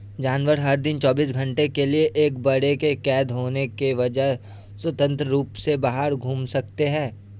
जानवर, हर दिन चौबीस घंटे के लिए एक बाड़े में कैद होने के बजाय, स्वतंत्र रूप से बाहर घूम सकते हैं